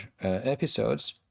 episodes